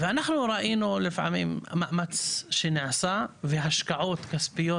ואנחנו ראינו לפעמים מאמץ שנעשה והשקעות כספיות,